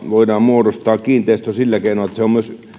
voidaan muodostaa kiinteistö sillä keinoin että se on myös